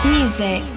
Music